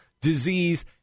disease